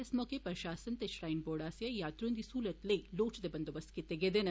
इस मौके प्रशासन ते श्राईन बोर्ड आस्सेआ यात्रुएं दी सहूलत लेई लोड़चदे बंदोबस्त कीते गेदे न